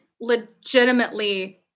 legitimately